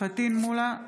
פטין מולא,